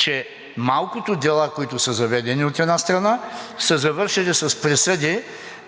че малкото дела, които са заведени от една страна, са завършили с присъди,